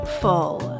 full